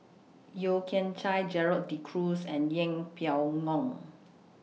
Yeo Kian Chye Gerald De Cruz and Yeng Pway Ngon